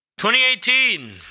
2018